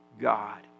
God